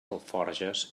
alforges